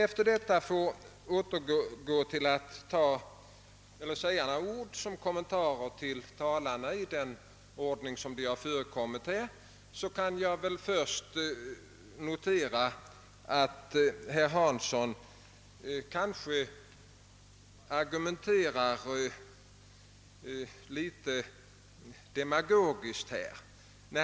Efter detta ber jag att få säga några ord som kommentar till föregående talare i den ordning som de har förekommit. Jag kan då först notera att herr Hansson i Skegrie kanske argumenterar något demagogiskt.